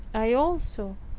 i also,